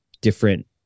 different